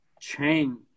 chain